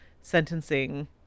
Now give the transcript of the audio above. sentencing